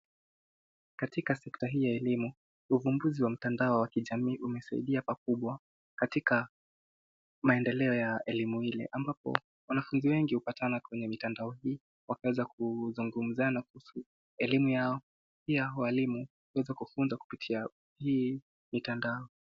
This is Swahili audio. Katika sekta hii ya elimu uvumbuzi wa mtandao wa kijamii umesaidia pakubwa katika maendeleo ya elimu ile ambapo wanafunzi wengi hupatana kwenye mitandao hii wakiweza kuzungumzana kuhusu elimu yao pia walimu kuweza kufunza kupitia hii mitandao.